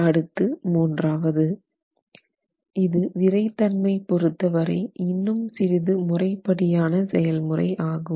அடுத்து மூன்றாவது இது விறை தன்மை பொறுத்தவரை இன்னும் சிறிது முறைப்படியான செயல் முறை ஆகும்